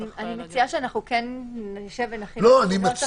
אני מציעה שכן נשב ונכין --- את לא מציעה,